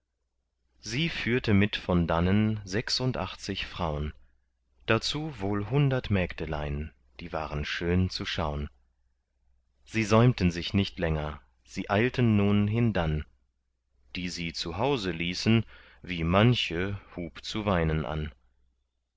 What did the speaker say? sie führte mit von dannen sechsundachtzig fraun dazu wohl hundert mägdelein die waren schön zu schaun sie säumten sich nicht länger sie eilten nun hindann die sie zu hause ließen wie manche hub zu weinen an